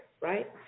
right